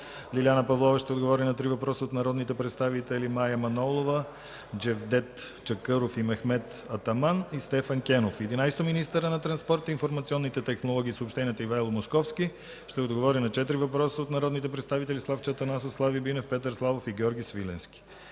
Лиляна Павлова ще отговори на три въпроса от народните представители